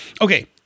Okay